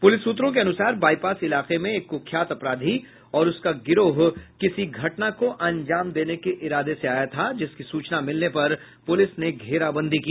police सूत्रों के अनुसार बाईपास इलाके में एक कुख्यात अपराधी और उसका गिरोह किसी घटना को अंजाम देने आया था जिसकी सूचना मिलने पर पुलिस ने घेराबंदी की